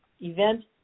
event